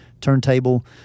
turntable